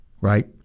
Right